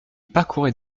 parcourait